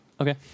Okay